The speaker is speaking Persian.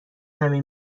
همه